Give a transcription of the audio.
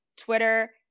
Twitter